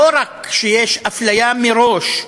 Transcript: לא רק שיש אפליה מראש,